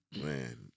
Man